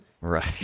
right